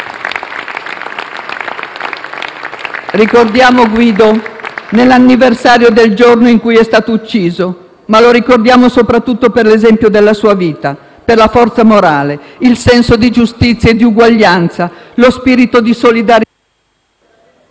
Ricordiamo Guido nell'anniversario del giorno in cui è stato ucciso, ma lo ricordiamo soprattutto per l'esempio della sua vita, per la forza morale, per il senso di giustizia e di uguaglianza, per lo spirito di solidarietà.